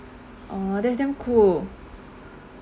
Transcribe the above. oh that's damn cool